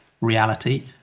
reality